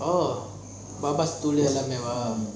oh baba still there